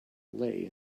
lay